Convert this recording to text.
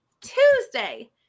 Tuesday